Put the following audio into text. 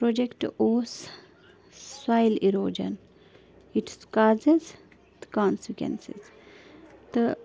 project اوس soil erosion its causes تہٕ consequences تہٕ